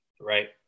right